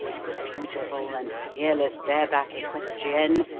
the beautiful and peerless bare-back equestrienne,